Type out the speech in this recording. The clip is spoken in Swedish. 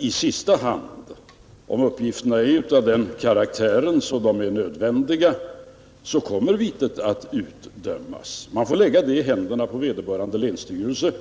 i sista hand — om uppgifterna är av den karaktären att de är nödvändiga — kommer vitet att utdömas. Man får lägga det i händerna på vederbörande länsstyrelse.